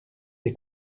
des